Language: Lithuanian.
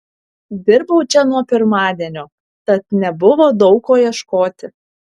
dirbau čia nuo pirmadienio tad nebuvo daug ko ieškoti